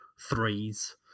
threes